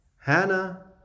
Hannah